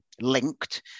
linked